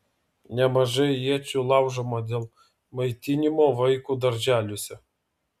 nemažai iečių laužoma dėl maitinimo vaikų darželiuose